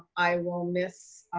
i will miss